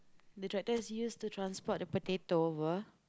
the tractor is used to transport the potato apa